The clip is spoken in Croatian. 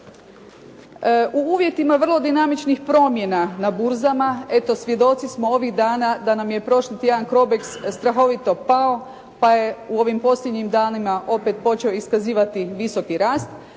U uvjetima vrlo dinamičnih promjena na burzama eto svjedoci smo ovih dana da nam je prošli tjedan Crobeks strahovito pao pa je u ovim posljednjim danima opet počeo iskazivati visoki rast.